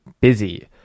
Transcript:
busy